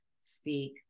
speak